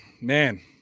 man